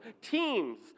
teams